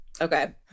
Okay